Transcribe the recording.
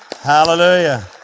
Hallelujah